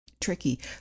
tricky